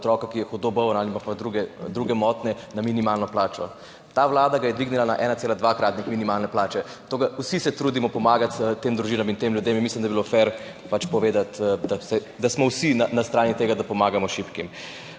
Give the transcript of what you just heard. ki je hudo bolan ali ima pa druge motnje, na minimalno plačo. Ta vlada ga je dvignila na 1,2-kratnik minimalne plače. Tako da vsi se trudimo pomagati tem družinam in tem ljudem in mislim, da bi bilo fer pač povedati, da smo vsi na strani tega, da pomagamo šibkim.